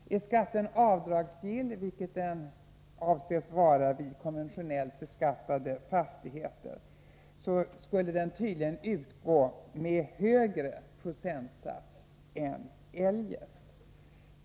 Är skatten avdragsgill, vilket den avses vara i fråga om konventionellt beskattade fastigheter, skulle den tydligen utgå med högre procentsats än eljest.